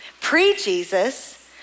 Pre-Jesus